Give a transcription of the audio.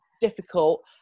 difficult